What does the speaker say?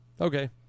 okay